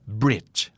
bridge